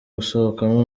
gusohokamo